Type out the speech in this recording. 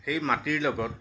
সেই মাটিৰ লগত